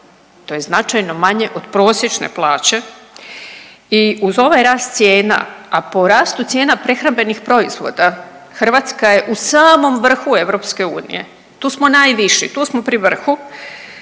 to je značajno manje od prosječne plaće i uz ovaj rast cijena, a po rastu cijena prehrambenih proizvoda Hrvatska je u samom vrhu EU, tu smo najviši, tu smo pri vrhu,